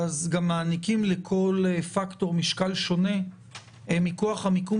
גם מעניקים לכל פקטור משקל שונה מכוח המיקום